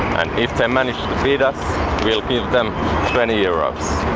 if they manage to beat us we will give them twenty euros.